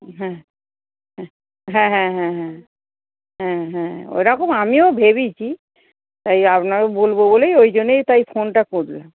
হ্যাঁ হ্যাঁ হ্যাঁ হ্যাঁ হ্যাঁ হ্যাঁ হ্যাঁ হ্যাঁ ওরকম আমিও ভেবিছি এই আপনারও বলবো বলেই ওই জন্যেই তাই ফোনটা করলাম